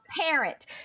parent